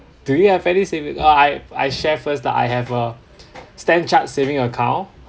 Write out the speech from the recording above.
do you have any savi~ uh I I share first lah I have a StanChart saving account